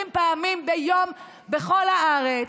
30 פעמים ביום בכל הארץ,